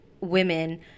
women